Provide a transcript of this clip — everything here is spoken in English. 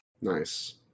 Nice